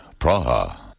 Praha